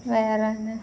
வேறு வந்து